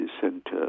center